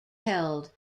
held